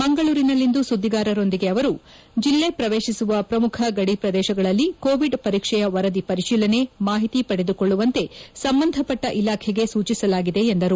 ಮಂಗಳೂರಿನಲ್ಲಿಂದು ಸುದ್ದಿಗಾರರಿಗೆ ಅವರು ಜಿಲ್ಲೆ ಪ್ರವೇಶಿಸುವ ಪ್ರಮುಖ ಗಡಿ ಪ್ರದೇಶಗಳಲ್ಲಿ ಕೋವಿಡ್ ಪರೀಕ್ಷೆಯ ವರದಿ ಪರಿಶೀಲನೆ ಮಾಹಿತಿ ಪಡೆದುಕೊಳ್ಳುವಂತೆ ಸಂಬಂಧಪಟ್ಟ ಇಲಾಖೆಗೆ ಸೂಚಿಸಲಾಗಿದೆ ಎಂದರು